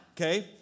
okay